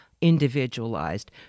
individualized